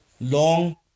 long